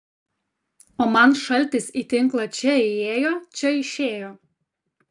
o man šaltis į tinklą čia įėjo čia išėjo